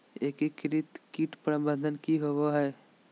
एकीकृत कीट प्रबंधन की होवय हैय?